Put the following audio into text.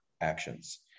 actions